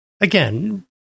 Again